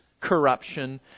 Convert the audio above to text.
corruption